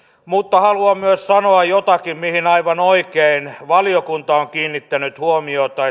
mutta haluan sanoa jotakin myös siitä mihin aivan oikein valiokunta on kiinnittänyt huomiota